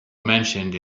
mentioned